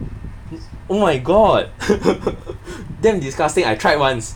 oh my god damn disgusting I tried once